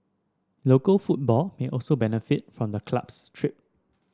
local football may also benefit from the club's trip